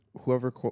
Whoever